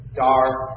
dark